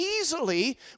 easily